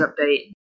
update